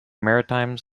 maritimes